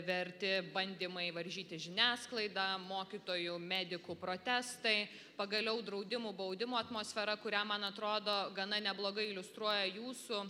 verti bandymai varžyti žiniasklaidą mokytojų medikų protestai pagaliau draudimų baudimų atmosfera kurią man atrodo gana neblogai iliustruoja jūsų